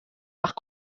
nach